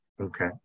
Okay